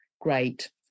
great